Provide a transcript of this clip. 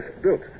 built